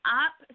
up